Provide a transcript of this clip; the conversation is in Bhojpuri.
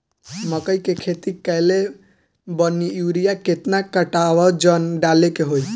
मकई के खेती कैले बनी यूरिया केतना कट्ठावजन डाले के होई?